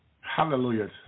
Hallelujah